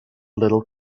little